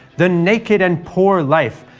the naked and poor life,